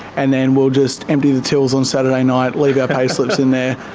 and then we'll just empty the tills on saturday night, leave our payslips in there,